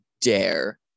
dare